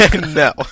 No